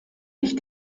ich